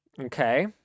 Okay